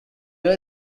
were